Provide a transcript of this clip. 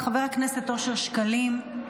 חבר הכנסת אושר שקלים,